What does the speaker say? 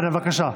בבקשה.